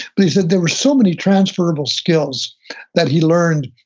but he said there were so many transferable skills that he learned,